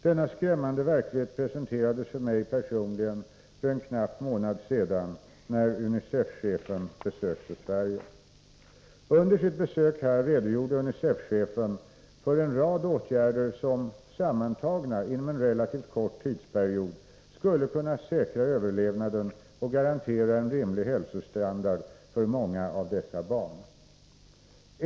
Denna skrämmande verklighet presenterades för mig personligen för en knapp månad sedan när UNICEF-chefen besökte Sverige. Under sitt besök här redogjorde UNICEF-chefen för en rad åtgärder som sammantagna inom en relativt kort tidsperiod skulle kunna säkra överlevnaden och garantera en rimlig hälsostandard för många av dessa barn.